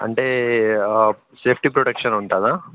అంటే safety protection ఉంటుందా